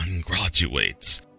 graduates